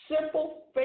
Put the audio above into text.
simple